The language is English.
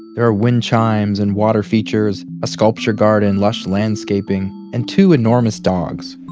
there are wind chimes and water features. a sculpture garden, lush landscaping. and two enormous dogs